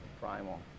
primal